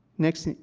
next,